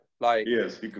Yes